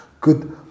good